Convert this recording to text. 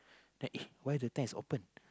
then uh why the tent is open